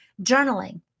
Journaling